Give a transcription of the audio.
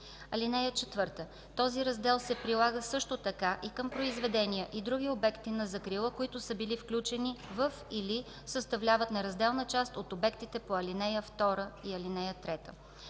71ж. (4) Този раздел се прилага също така и към произведения и други обекти на закрила, които са били включени във или съставляват неразделна част от обектите по ал. 2 и 3.